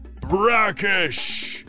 Brackish